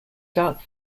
dark